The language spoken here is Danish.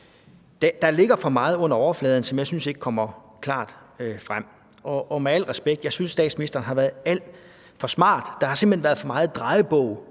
Der ligger for meget under overfladen, som jeg ikke synes kommer klart frem. Og med al respekt: Jeg synes, statsministeren har været alt for smart. Der har simpelt hen været for meget drejebog